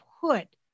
put